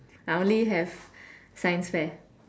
I only have science fair